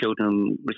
children